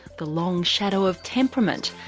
the long shadow of temperament,